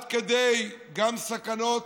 גם עד כדי סכנות,